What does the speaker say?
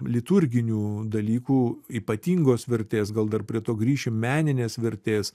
liturginių dalykų ypatingos vertės gal dar prie to grįšim meninės vertės